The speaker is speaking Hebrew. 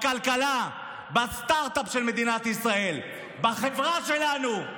בכלכלה, בסטרטאפ של מדינת ישראל, בחברה שלנו.